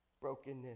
brokenness